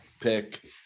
pick